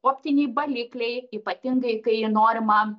optiniai balikliai ypatingai kai norima